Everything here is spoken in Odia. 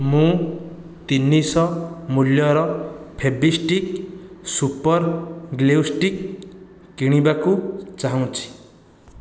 ମୁଁ ତିନିଶହ ମୂଲ୍ୟର ଫେଭିଷ୍ଟିକ୍ ସୁପର୍ ଗ୍ଲୁ ଷ୍ଟିକ୍ କିଣିବାକୁ ଚାହୁଁଛି